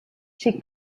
she